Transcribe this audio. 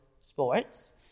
sports